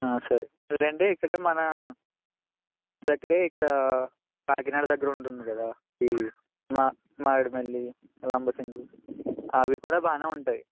సరే లేదంటే ఇక్కడ మన దగ్గర ఇక్కడ కాకినాడ దగ్గర ఉంటుంది కదా ఈ మారేడిమిల్లి లంబసింగి అవి కూడా బాగా ఉంటాయి